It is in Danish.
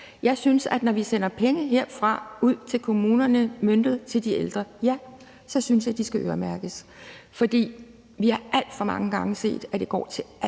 Jeg synes, at når vi sender penge herfra og ud til kommunerne møntet på de ældre, skal de øremærkes. For vi har alt for mange gange set, at det går til alt